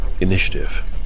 Initiative